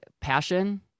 Passion